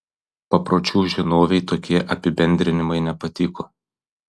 papročių žinovei tokie apibendrinimai nepatiko